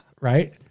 Right